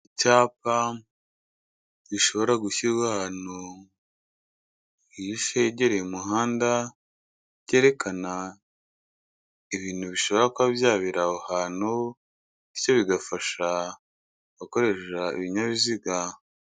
Icyapa gishobora gushyirwa ahantu hihishe hegereye umuhanda, cyerekana ibintu bishobora kuba byabera aho hantu bityo bigafasha gukoresha ibinyabiziga.